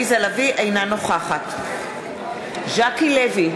אינה נוכחת ז'קי לוי,